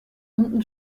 unten